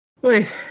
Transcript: Wait